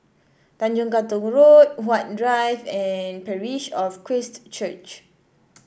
Tanjong Katong Road Huat Drive and Parish of Christ Church